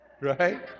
Right